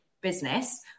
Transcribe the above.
business